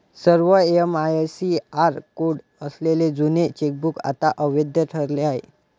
सर्व MICR code असलेले जुने चेकबुक आता अवैध ठरले आहे